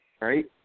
Right